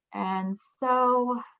and so